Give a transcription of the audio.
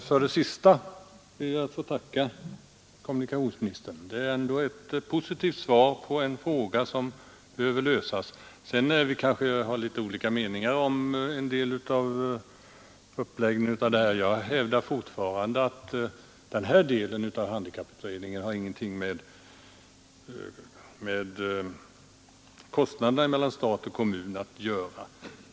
Herr talman! För det sista som kommunikationsministern sade ber jag att få tacka. Det är ändå ett positivt svar i en fråga som behöver lösas. Sedan har vi kanske i vissa stycken litet delade meningar om uppläggningen. Jag hävdar fortfarande att den del av handikapputredningen som det här gäller inte har något med kostnadernas fördelning mellan stat och kommun att göra.